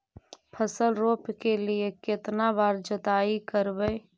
फसल रोप के लिय कितना बार जोतई करबय?